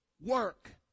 work